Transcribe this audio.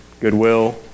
goodwill